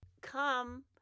come